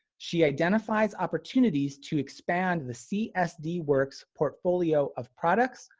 she identifies opportunities to expand the csd works portfolio of products,